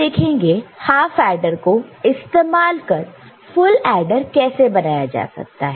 अब हम देखेंगे हाफ ऐडर को इस्तेमाल कर फुल ऐडर कैसे बनाया जा सकता है